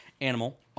animal